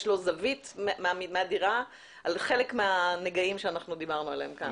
לו זווית מהדירה על חלק מהנגעים שאנחנו דיברנו עליהם כאן.